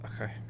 Okay